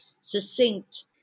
succinct